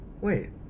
Wait